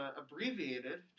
abbreviated